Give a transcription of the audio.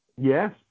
yes